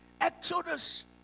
Exodus